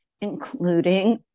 including